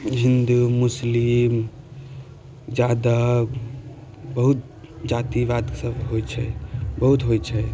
हिन्दू मुस्लिम यादब बहुत जातिबाद सब होइ छै बहुत होइ छै